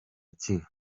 kivu